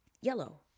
yellow